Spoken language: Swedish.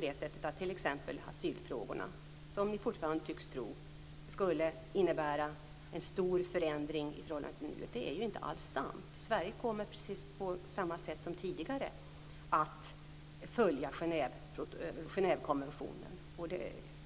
Det gäller t.ex. asylfrågorna, där ni fortfarande tycks tro att de skall innebära en stor förändring i förhållande till nuet. Det är inte sant. Sverige kommer precis som på samma sätt som tidigare att följa Genèvekonventionen.